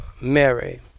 Mary